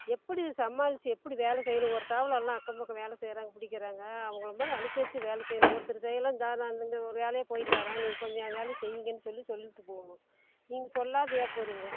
எப்படி இது சமாளித்து எப்படி வேலை செய்யணும் ஒரு எல்லாம் அக்கம் பக்கம் வேலை செய்கிறாங்க பிடிக்கிறாங்க அவங்கள மாதிரி அனுசரித்து வேலை செய்யணும் ஒருத்தர் செய்யலாம் இந்தோ இங்கே இந்த ஒரு வேலையாக போய்ட்டு வர்றேன் நீங்கள் கொஞ்சம் ஏன் வேலையும் செய்யுங்கன்னு சொல்லி சொல்லிவிட்டு போகணும் நீங்கள் சொல்லாம ஏன் போகிறீங்க